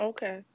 Okay